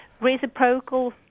reciprocal